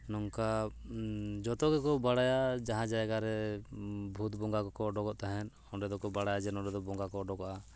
ᱱᱚᱝᱠᱟ ᱡᱚᱛᱚ ᱜᱮᱠᱚ ᱵᱟᱲᱟᱭᱟ ᱡᱟᱦᱟᱸ ᱡᱟᱭᱜᱟᱨᱮ ᱵᱷᱩᱛ ᱵᱚᱸᱜᱟ ᱠᱚᱠᱚ ᱩᱰᱩᱠᱚᱜ ᱛᱟᱦᱮᱸᱫ ᱚᱸᱰᱮ ᱫᱚᱠᱚ ᱵᱟᱲᱟᱭᱟ ᱡᱮ ᱱᱚᱰᱮ ᱫᱚ ᱵᱚᱸᱜᱟ ᱠᱚ ᱩᱰᱩᱠᱚᱜᱼᱟ